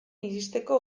iristeko